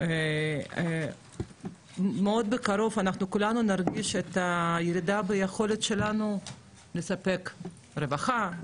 מאוד בקרוב אנחנו כולנו נרגיש את הירידה ביכולת שלנו לספק רווחה,